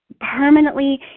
permanently